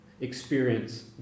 experience